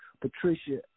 Patricia